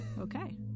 Okay